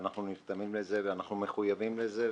ואנחנו נרתמים לזה ואנחנו מחויבים לזה,